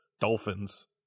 Dolphins